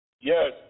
Yes